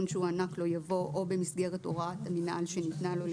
שהוענק לו" יבוא "או במסגרת הוראת המינהל שניתנה לו,